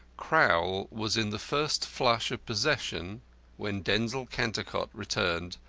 crowl was in the first flush of possession when denzil cantercot returned,